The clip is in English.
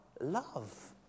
love